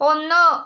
ഒന്നു